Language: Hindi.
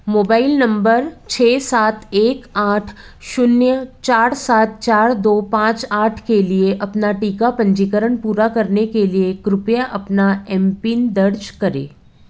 मोबाइल नंबर छः सात एक आठ शून्य चार सात चार दो पाँच आठ के लिए अपना टीका पंजीकरण पूरा करने के लिए कृपया अपना एम पीन दर्ज करें